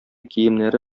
киемнәре